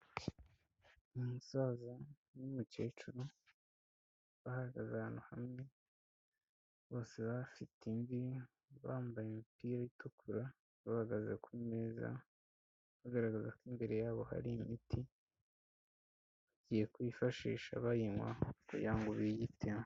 Umusaza n'umukecuru bahagaze ahantu hamwe, bose bafite imvi, bambaye imipira itukura, bahagaze ku meza, bagaragaza ko imbere yabo hari imiti bagiye kuyifashisha bayinywa kugira ngo biyiteho.